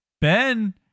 Ben